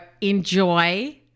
enjoy